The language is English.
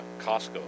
Costco